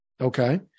Okay